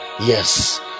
yes